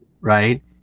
right